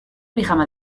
pijama